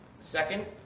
second